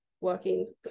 working